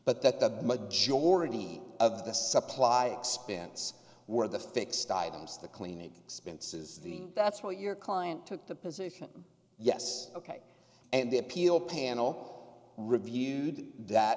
but that the majority of the supply expense were the fixed items the cleaning expenses the that's what your client took the position yes ok and the appeal panel reviewed that